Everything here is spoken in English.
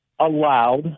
allowed